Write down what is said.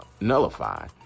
nullify